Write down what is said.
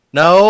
no